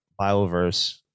bioverse